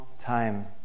time